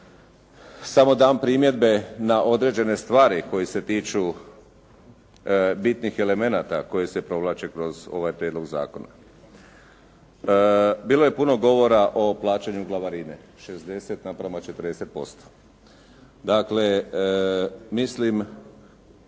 samo dam primjedbe na određene stvari koje se tiču bitnih elemenata koje se provlače kroz ovaj prijedlog zakona. Bilo je puno govora o plaćanju glavarine. 60 naprema 40%. Dakle, mislim